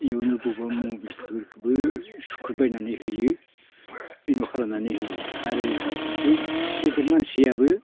इयावनो बबेबा मबाइलफोरखोबो सुख्रेब बायनानै होयो आरो बै गेदेर मानसियाबो